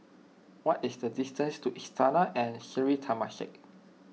what is the distance to Istana and Sri Temasek